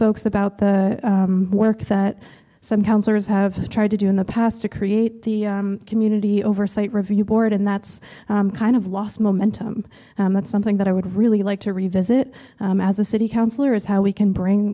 folks about the work that some councillors have tried to do in the past to create the community oversight review board and that's kind of lost momentum and that's something that i would really like to revisit as a city councillor is how we can bring